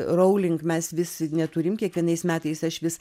rouling mes vis neturim kiekvienais metais aš vis